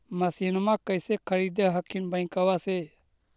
मसिनमा कैसे खरीदे हखिन बैंकबा से?